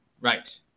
Right